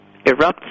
erupts